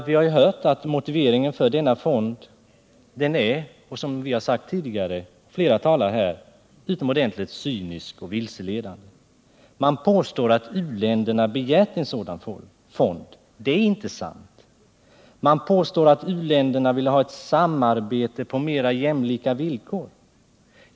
Vi har ju hört att motiveringen för denna fond är, som flera talare sagt här tidigare, utomordentligt cynisk och vilseledande. Man påstår att u-länderna begärt en sådan fond. Det är inte sant. Man påstår att uländerna vill ha ett samarbete på mer jämlika villkor.